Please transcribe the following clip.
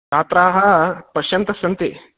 छात्राः पश्यन्तः सन्ति